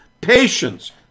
patience